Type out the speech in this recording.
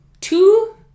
two